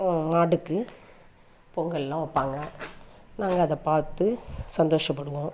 மாட்டுக்கு பொங்கலெல்லாம் வைப்பாங்க நாங்கள் அதை பார்த்து சந்தோஷப்படுவோம்